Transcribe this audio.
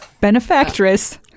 Benefactress